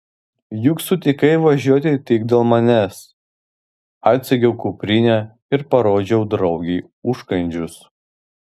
juk sutikai važiuoti tik dėl manęs atsegiau kuprinę ir parodžiau draugei užkandžius